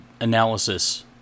analysis